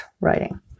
writing